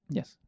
Yes